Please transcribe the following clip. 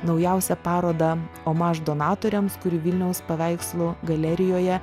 naujausią parodą omaž donatoriams kuri vilniaus paveikslų galerijoje